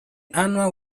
annual